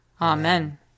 Amen